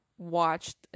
watched